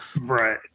right